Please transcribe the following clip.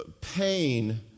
pain